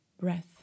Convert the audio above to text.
breath